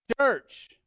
Church